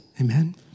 Amen